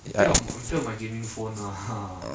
你不要你不要买 gaming phone lah